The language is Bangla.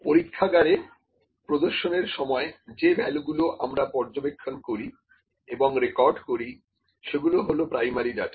পরীক্ষাগারে প্রদর্শনের সময় যে ভ্যালুগুলো আমরা পর্যবেক্ষণ করি এবং রেকর্ড করি সেগুলি হল প্রাইমারি ডাটা